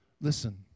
Listen